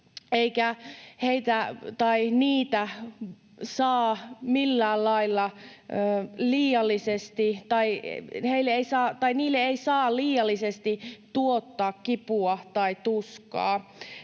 tai niille, saa liiallisesti tuottaa kipua tai tuskaa.